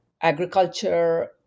agriculture